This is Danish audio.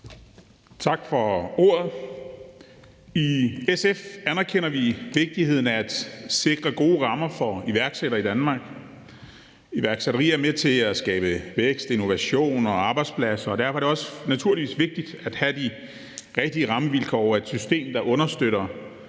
Tak for ordet. I SF anerkender vi vigtigheden af at sikre gode rammer for iværksættere i Danmark. Iværksætteri er med til at skabe vækst, innovation og arbejdspladser, og derfor er det naturligvis også vigtigt at have de rigtige rammevilkår og et system, der understøtter